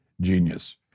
Genius